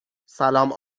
سلام